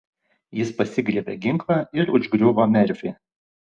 jis pasigriebė ginklą ir užgriuvo merfį